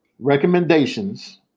Recommendations